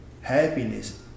Happiness